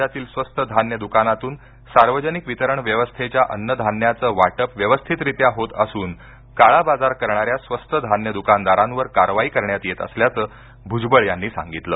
राज्यातील स्वस्त धान्य द्दकानांतून सार्वजनिक वितरण व्यवस्थेच्या अन्नधान्याचे वाटप व्यवस्थितरित्या होत असून काळाबाजार करणाऱ्या स्वस्त धान्य द्कानदारांवर कारवाई करण्यात येत असल्याचं भ्जबळ यांनी सांगितलं